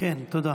תודה.